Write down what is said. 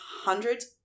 hundreds